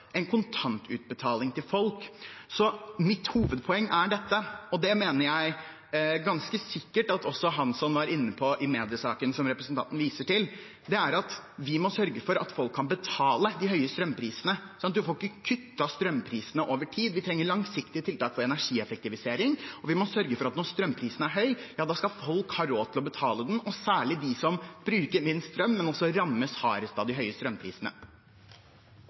en kontantutbetaling til folk. Mitt hovedpoeng er dette, og det er jeg ganske sikker på at også Hansson var inne på i mediesaken som representanten viser til: Vi må sørge for at folk kan betale de høye strømprisene. Man får ikke kuttet strømprisene over tid, vi trenger langsiktige tiltak for energieffektivisering. Vi må også sørge for at når strømprisen er høy, skal folk ha råd til å betale den, og særlig de som bruker minst strøm, men som også rammes hardest av de